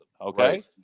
okay